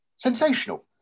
Sensational